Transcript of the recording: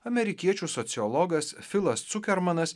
amerikiečių sociologas filas cukermanas